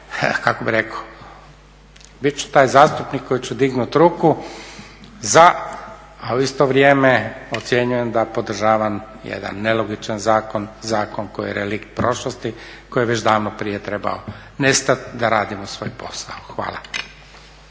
kako bih rekao bit ću taj zastupnik koji će dignut ruku za, a u isto vrijeme ocjenjujem da podržavam jedan nelogičan zakon, zakon koji je relikt prošlosti koji je već davno prije trebao nestati da radimo svoj posao. Hvala.